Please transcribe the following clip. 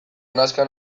nazka